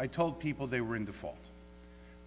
i told people they were in default